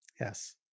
Yes